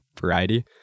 variety